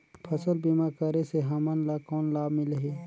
फसल बीमा करे से हमन ला कौन लाभ मिलही?